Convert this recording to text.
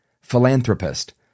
philanthropist